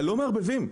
לא מערבבים,